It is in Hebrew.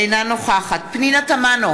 אינה נוכחת פנינה תמנו,